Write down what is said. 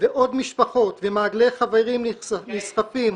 ועוד משפחות ומעגלי חברים נסחפים